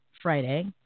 Friday